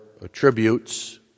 attributes